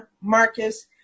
Marcus